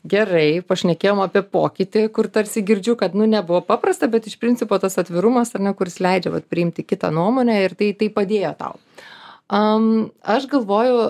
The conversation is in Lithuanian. gerai pašnekėjom apie pokytį kur tarsi girdžiu kad nu nebuvo paprasta bet iš principo tas atvirumas ar ne kuris leidžia vat priimti kitą nuomonę ir tai tai padėjo tau am aš galvoju